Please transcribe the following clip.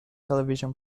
television